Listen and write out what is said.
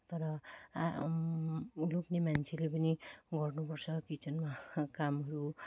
तर लोग्ने मान्छेले पनि गर्नुपर्छ किचनमा कामहरू